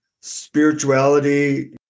spirituality